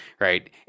right